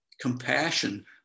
Compassion